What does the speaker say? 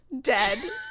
dead